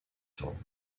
toll